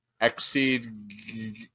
exceed